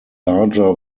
larger